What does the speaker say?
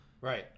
Right